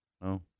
no